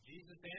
Jesus